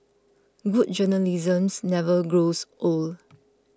good journalisms never grows old